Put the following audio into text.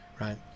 right